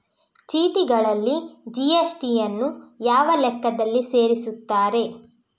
ಚೀಟಿಗಳಲ್ಲಿ ಜಿ.ಎಸ್.ಟಿ ಯನ್ನು ಯಾವ ಲೆಕ್ಕದಲ್ಲಿ ಸೇರಿಸುತ್ತಾರೆ?